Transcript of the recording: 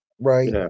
right